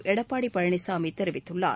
எடப்பாடி பழனிசாமி தெரிவித்துள்ளார்